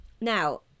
Now